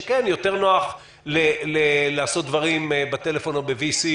כי אכן נוח יותר לעשות דברים בטלפון או ב-וי-סי